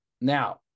Now